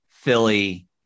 Philly